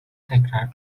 tekrar